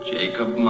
Jacob